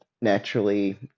naturally